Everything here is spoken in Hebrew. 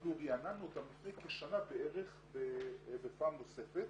אפילו ריעננו אותם לפני כשנה בערך פעם נוספת,